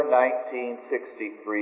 1963